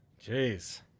Jeez